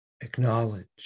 Acknowledge